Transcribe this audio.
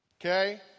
okay